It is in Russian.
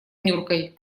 нюркой